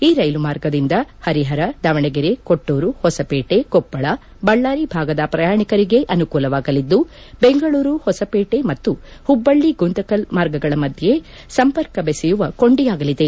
ಈ ರೈಲು ಮಾರ್ಗದಿಂದ ಹರಿಹರ ದಾವಣಗೆರೆ ಕೊಟ್ಟೂರು ಹೊಸಪೇಟೆ ಕೊಪ್ಪಳ ಬಳ್ಳಾರಿ ಭಾಗದ ಪ್ರಯಾಣಿಕರಿಗೆ ಅನುಕೂಲವಾಗಲಿದ್ದು ಬೆಂಗಳೂರು ಹೊಸಪೇಟೆ ಮತ್ತು ಹುಬ್ಬಳ್ಳಿ ಗುಂತಕಲ್ ಮಾರ್ಗಗಳ ಮಧ್ಯೆ ಸಂಪರ್ಕ ಬೆಸೆಯುವ ಕೊಂಡಿಯಾಗಲಿದೆ